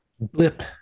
blip